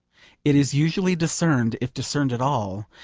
it is usually discerned, if discerned at all,